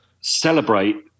celebrate